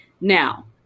Now